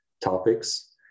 topics